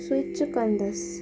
switch कंदसि